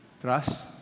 Trust